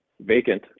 vacant